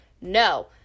No